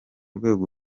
urwego